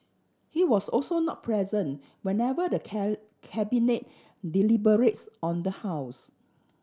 he was also not present whenever the Cabinet deliberates on the house